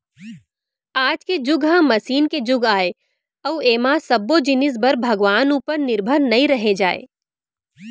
आज के जुग ह मसीन के जुग आय अउ ऐमा सब्बो जिनिस बर भगवान उपर निरभर नइ रहें जाए